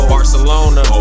Barcelona